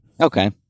Okay